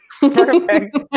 Perfect